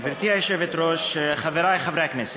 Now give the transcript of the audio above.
גברתי היושבת-ראש, חברי חברי הכנסת,